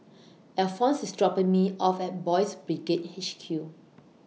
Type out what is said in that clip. Alphons IS dropping Me off At Boys' Brigade H Q